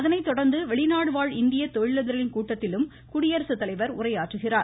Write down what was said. அதனைத் தொடர்ந்து வெளிநாடு வாழ் இந்திய தொழிலதிபர்களின் கூட்டத்திலும் குடியரசுத்தலைவர் உரையாற்றுகிறார்